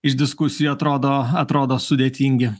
iš diskusijų atrodo atrodo sudėtingi